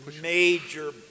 major